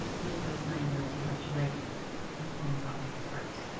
with those nine words, you have to write a poem about your heart.